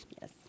Yes